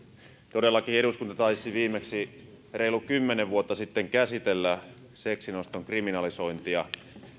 todellakin eduskunta taisi viimeksi reilu kymmenen vuotta sitten käsitellä seksin oston kriminalisointia